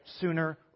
sooner